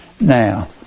Now